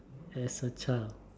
as a child